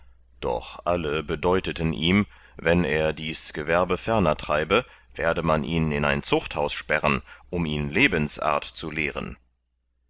doch alle bedeuteten ihm wenn er dies gewerbe ferner treibe werde man ihn in ein zuchthaus sperren um ihn lebensart zu lehren